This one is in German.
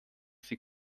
sie